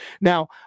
now